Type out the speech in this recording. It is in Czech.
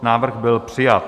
Návrh byl přijat.